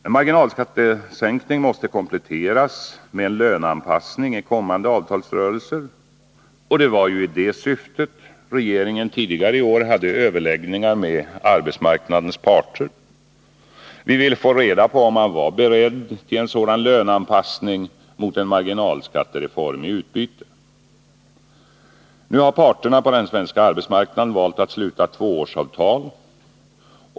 En marginalskattesänkning måste kompletteras med en löneanpassning i kommande avtalsrörelser. Det var i det syftet som regeringen tidigare i år hade överläggningar med arbetsmarknadens parter. Vi ville få reda på om man var beredd till en sådan löneanpassning mot en marginalskattereform i utbyte. Nu har parterna på den svenska arbetsmarknaden valt att sluta tvåårsavtal.